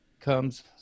comes